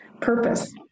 purpose